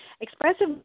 expressive